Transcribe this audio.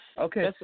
Okay